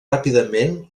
ràpidament